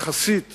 יחסית